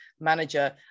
manager